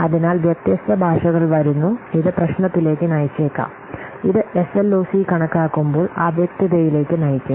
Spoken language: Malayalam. അതിനാൽ വ്യത്യസ്ത ഭാഷകൾ വരുന്നു ഇത് പ്രശ്നത്തിലേക്ക് നയിച്ചേക്കാം ഇത് എസ്എൽഓസി കണക്കാക്കുമ്പോൾ അവ്യക്തതയിലേക്ക് നയിക്കും